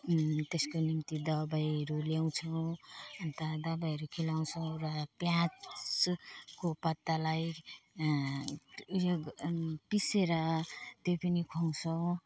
त्यसको निम्ति दबाईहरू ल्याउँछौँ अन्त दबाईहरू खुवाउँछौँ र प्याजको पत्तालाई उयो पिसेर त्यही पनि खुवाउँछौँ